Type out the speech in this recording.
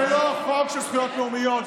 זה לא חוק של זכויות לאומיות,